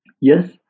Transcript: Yes